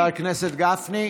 חבר הכנסת גפני,